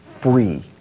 free